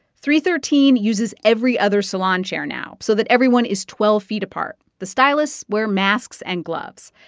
three thirteen uses every other salon chair now so that everyone is twelve feet apart. the stylists wear masks and gloves,